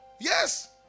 Yes